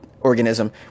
organism